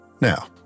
Now